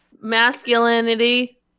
Masculinity